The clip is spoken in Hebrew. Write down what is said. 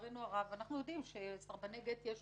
לצערנו הרב, אנחנו יודעים שסרבני גט יש